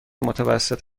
متوسط